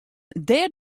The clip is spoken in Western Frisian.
dêr